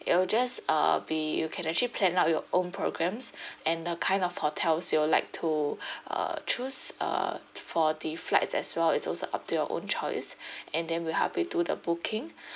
it will just uh be you can actually plan out your own programs and the kind of hotels you would like to uh choose uh for the flights as well it's also up to your own choice and then we help you do the booking